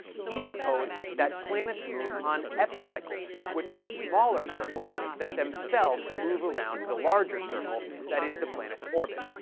he proposed that planets move on epicycles, which are smaller circles that themselves move around the larger circle that is the planet's orbit,